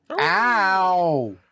Ow